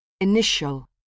Initial